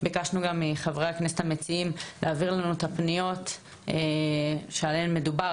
ביקשנו גם מחברי הכנסת המציעים להעביר לנו את הפניות שעליהן מדובר.